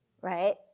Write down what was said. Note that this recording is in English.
right